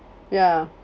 ya